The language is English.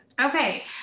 Okay